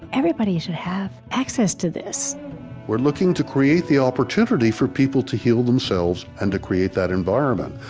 everybody should have access to this we're looking to create the opportunity for people to heal themselves and to create that environment.